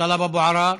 טלב אבו עראר,